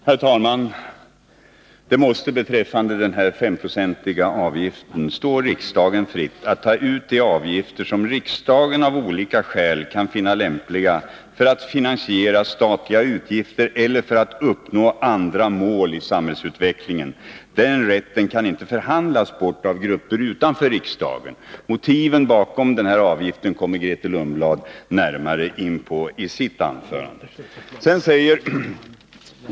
Herr talman! Det måste beträffande den S-procentiga avgiften stå riksdagen fritt att ta ut de avgifter som riksdagen av olika skäl kan finna lämpliga för att finansiera statliga utgifter eller för att uppnå andra mål i samhällsutvecklingen. Den rätten kan inte förhandlas bort av grupper utanför riksdagen. Motiven bakom denna avgift kommer Grethe Lundblad att gå närmare in på i sitt anförande.